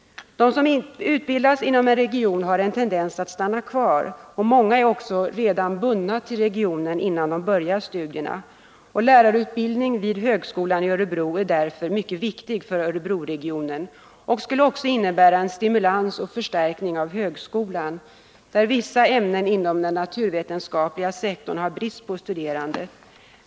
De som utbildas inom en region har en tendens att stanna kvar. Många är också bundna till regionen redan innan de påbörjar studierna. Lärarutbildning vid högskolan i Örebro är därför mycket viktig för Örebroregionen. Den skulle också innebära en stimulans och förstärkning av högskolan, där vissa ämnen inom den naturvetenskapliga sektorn har brist på studerande.